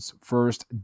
First